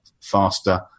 faster